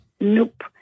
Nope